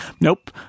nope